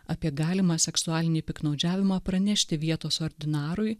apie galimą seksualinį piktnaudžiavimą pranešti vietos ordinarui